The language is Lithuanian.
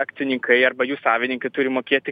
akcininkai arba jų savininkai turi mokėti